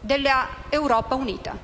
dell'Europa unita.